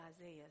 Isaiah